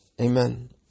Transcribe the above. Amen